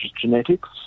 genetics